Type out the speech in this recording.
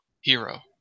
hero